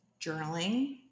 journaling